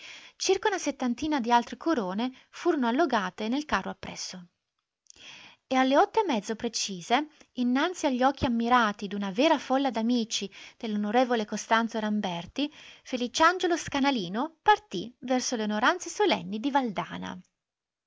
circa una settantina di altre corone furono allogate nel carro appresso e alle otto e mezzo precise innanzi a gli occhi ammirati d'una vera folla d'amici dell'on costanzo ramberti feliciangiolo scanalino partì verso le onoranze solenni di valdana